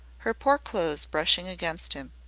her poor clothes brushing against him.